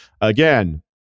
Again